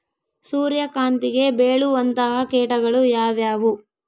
ಸೂರ್ಯಕಾಂತಿಗೆ ಬೇಳುವಂತಹ ಕೇಟಗಳು ಯಾವ್ಯಾವು?